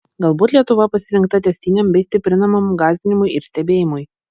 galbūt lietuva pasirinkta tęstiniam bei stiprinamam gąsdinimui ir stebėjimui